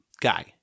guy